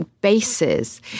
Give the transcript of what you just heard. bases